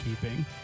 keeping